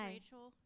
Rachel